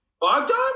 Bogdan